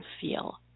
feel